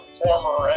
former